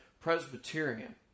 Presbyterian